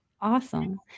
Awesome